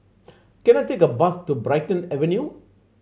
can I take a bus to Brighton Avenue